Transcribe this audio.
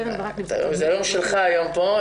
זה היום שלך היום פה.